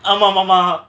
ஆமா மாமா:aama mama